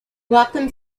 welcome